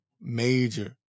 major